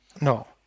No